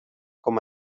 com